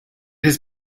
has